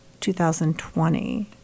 2020